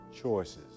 choices